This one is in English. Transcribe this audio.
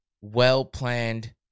well-planned